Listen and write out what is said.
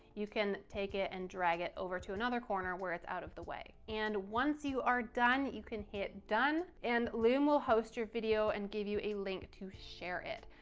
you can take it and drag it over to another corner where it's out of the way. and once you are done you can hit done and loom will host your video and give you a link to share it.